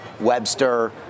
Webster